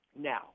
Now